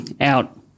out